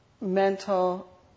mental